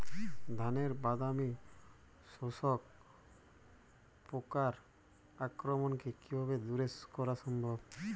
ধানের বাদামি শোষক পোকার আক্রমণকে কিভাবে দূরে করা সম্ভব?